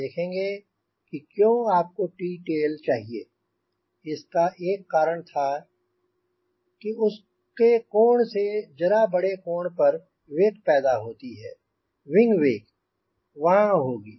आप देखेंगे क्यों आपको T टेल चाहिए इसका एक कारण था कि उसके कोण से जरा बड़े कोण पर वेक पैदा होती है विंग वेक वहांँ होगी